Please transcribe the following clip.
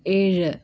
ഏഴ്